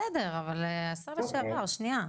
בסדר אבל השר לשעבר, שנייה.